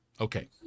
Okay